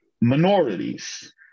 Minorities